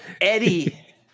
Eddie